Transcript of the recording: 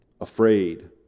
afraid